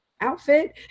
outfit